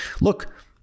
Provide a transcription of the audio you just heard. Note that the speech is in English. look